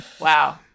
wow